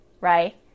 right